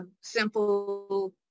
Simple